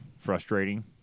frustrating